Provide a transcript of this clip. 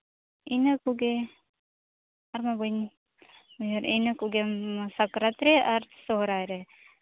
ᱤᱱᱟᱹ ᱠᱚᱜᱮ ᱟᱫᱚ ᱵᱟᱹᱧ ᱩᱭᱦᱟᱹᱨᱮᱫᱼᱟ ᱤᱱᱟᱹ ᱠᱚᱜᱮ ᱱᱚᱣᱟ ᱥᱟᱠᱨᱟᱛ ᱨᱮ ᱟᱨ ᱥᱚᱦᱚᱨᱟᱭ ᱨᱮ